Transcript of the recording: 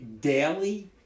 daily